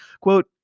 Quote